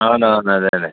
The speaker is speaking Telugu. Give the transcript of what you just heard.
అవునవును అదే అదే